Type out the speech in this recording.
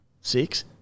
Six